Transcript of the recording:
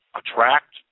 attract